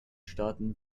staaten